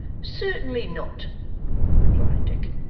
certainly not replied dick.